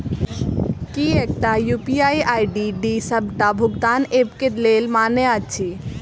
की एकटा UPI ID D सबटा भुगतान ऐप केँ लेल मान्य अछि?